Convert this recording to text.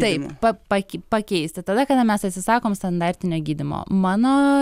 taip pa pak pakeisti tada kada mes atsisakom standartinio gydymo mano